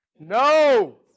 No